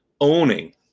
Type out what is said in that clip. owning